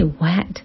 wet